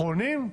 אחרונים,